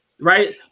right